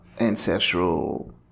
ancestral